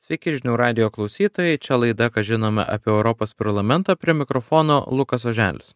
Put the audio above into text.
sveiki žinių radijo klausytojai čia laida kas žinoma apie europos parlamentą prie mikrofono lukas oželis